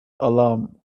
alam